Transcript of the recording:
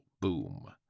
boom